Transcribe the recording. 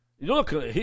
Look